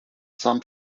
some